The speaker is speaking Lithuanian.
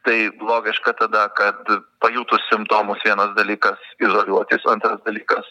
tai logiška tada kad pajutus simptomus vienas dalykas izoliuotis antras dalykas